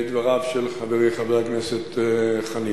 לדבריו של חברי חבר הכנסת חנין.